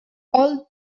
old